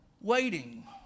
waiting